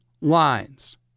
lines